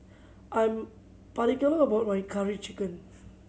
I'm particular about my Curry Chicken